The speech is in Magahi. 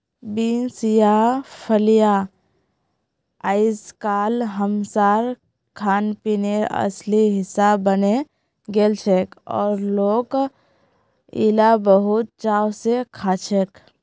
बींस या फलियां अइजकाल हमसार खानपीनेर असली हिस्सा बने गेलछेक और लोक इला बहुत चाव स खाछेक